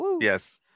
Yes